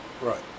Right